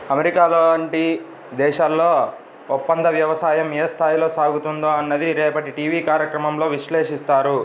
America లాంటి దేశాల్లో ఒప్పందవ్యవసాయం ఏ స్థాయిలో సాగుతుందో అన్నది రేపటి టీవీ కార్యక్రమంలో విశ్లేషిస్తారు